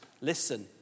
listen